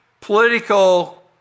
political